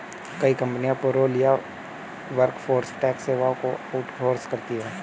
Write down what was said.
कई कंपनियां पेरोल या वर्कफोर्स टैक्स सेवाओं को आउट सोर्स करती है